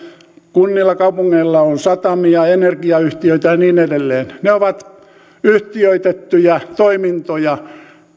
kunnilla ja kaupungeilla on satamia energiayhtiöitä ja niin edelleen ne ovat yhtiöitettyjä toimintoja